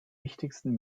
wichtigsten